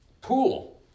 pool